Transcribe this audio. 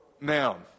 noun